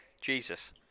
Jesus